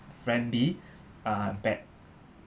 friend B uh bag